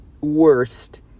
worst